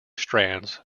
strands